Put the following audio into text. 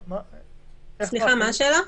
מה השאלה?